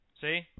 See